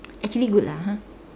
actually good lah !huh!